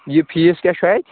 یہِ فیٖس کیٛاہ چھُ اَتہِ